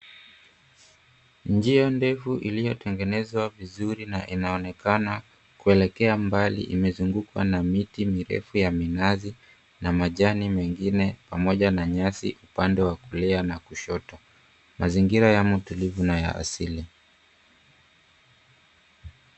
Njia ndefu iliyotengenezwa vizuri na inaonekana kuelekea mbali imezungukwa na miti mirefu ya minazi na majani mengine pamoja na nyasi upande wa kulia na kushoto. Mazingira yamo tulivu na ya asili.